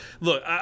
look